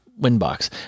Winbox